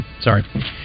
Sorry